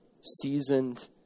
seasoned